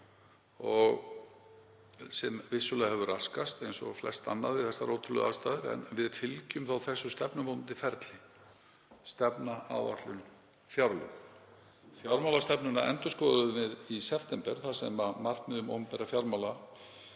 hefur vissulega raskast eins og flest annað við þessar ótrúlegu aðstæður, en við fylgjum þó þessu stefnumótandi ferli: Stefna, áætlun, fjárlög. Fjármálastefnuna endurskoðum við í september þar sem markmið um opinber fjármál